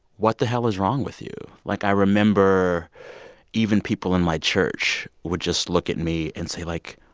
what the hell is wrong with you? like, i remember even people in my church would just look at me and say like,